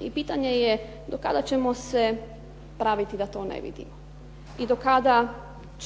I pitanje je, do kada ćemo se praviti da to ne vidimo i do kada